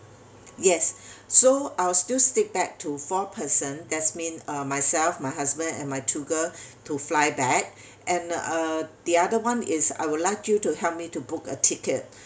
yes so I'll still stick back to four person that's mean uh myself my husband and my two girl to fly back and uh the other one is I would like you to help me to book a ticket